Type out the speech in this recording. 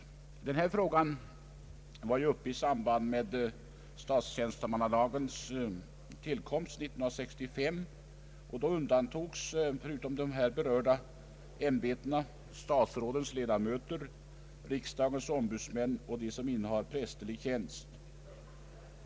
Denna fråga var uppe i samband med statstjänstemannalagens tillkomst 1965. Då undantogs förutom de här berörda ämbetena statsrådens ledamöter, riksdagens ombudsmän och de som innehar prästerlig tjänst.